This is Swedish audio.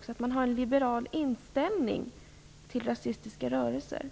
för en liberal inställning till nazistiska rörelser.